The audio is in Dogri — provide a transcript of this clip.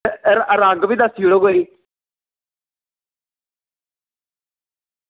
रंग बी दस्सी ओड़ो कोई